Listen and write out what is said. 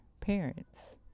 parents